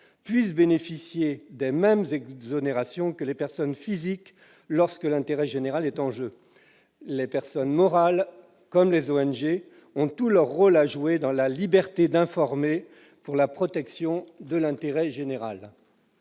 puissent bénéficier des mêmes exonérations que les personnes physiques lorsque l'intérêt général est en jeu. Les personnes morales, comme les ONG, ont tout leur rôle à jouer pour la protection de l'intérêt général.